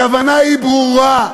הכוונה היא ברורה,